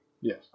Yes